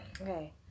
okay